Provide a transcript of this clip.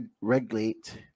regulate